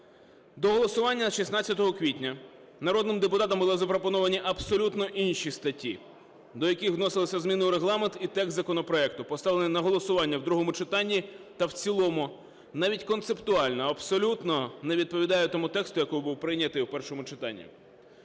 До голосування 16 квітня народним депутатам були запропоновані абсолютно інші статті, до яких вносилися зміни у Регламент, і текст законопроекту, поставлений на голосування в другому читанні та в цілому, навіть концептуально абсолютно не відповідає тому тексту, який був прийнятий у першому читанні.